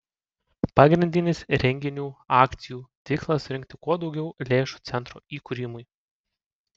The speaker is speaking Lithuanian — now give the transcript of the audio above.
pagrindinis renginių akcijų tikslas surinkti kuo daugiau lėšų centro įkūrimui